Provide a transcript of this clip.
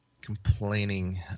complaining